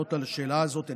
לענות על השאלה הזאת.